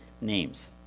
names